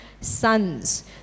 sons